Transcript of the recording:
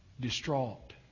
distraught